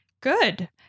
Good